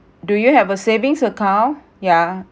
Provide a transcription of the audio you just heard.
do you have a savings account yeah